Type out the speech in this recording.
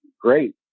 great